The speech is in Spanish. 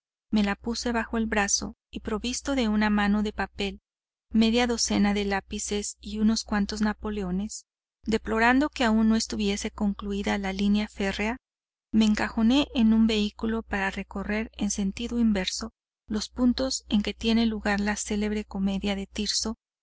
me la puse bajo el brazo y provisto de una mano de papel media docena de lápices y unos cuantos napoleones deplorando que aún no estuviese concluida la línea férrea me encajoné en un vehículo para recorrer en sentido inverso los puntos en que tiene lugar la célebre comedia de tirso